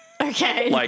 Okay